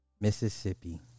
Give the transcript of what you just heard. Mississippi